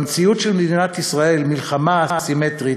במציאות של מדינת ישראל מלחמה א-סימטרית